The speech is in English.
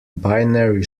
binary